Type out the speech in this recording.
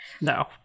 No